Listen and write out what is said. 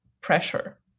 pressure